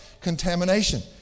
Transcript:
contamination